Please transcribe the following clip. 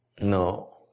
No